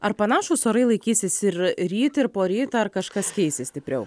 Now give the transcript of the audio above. ar panašūs orai laikysis ir ryt ir poryt ar kažkas keisis stipriau